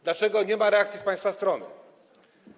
Dlaczego nie ma reakcji z państwa strony?